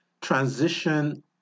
transition